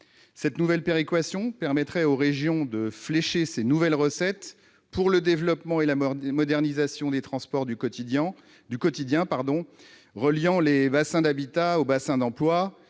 Ce dispositif permettra aux régions de flécher ces nouvelles recettes, pour développer et moderniser les transports du quotidien reliant les bassins d'habitat aux bassins d'emploi,